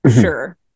sure